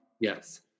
Yes